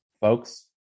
folks